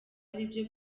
aribyo